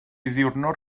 ddiwrnod